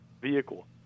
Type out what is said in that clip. vehicle